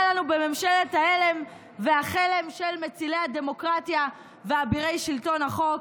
לנו בממשלת ההלם והחלם של מצילי הדמוקרטיה ואבירי שלטון החוק.